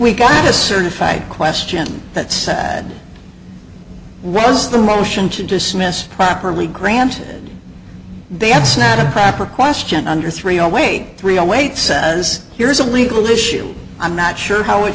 we get a certified question that said russ the motion to dismiss properly granted they have sneddon papper question under three oh wait three i wait says here's a legal issue i'm not sure how it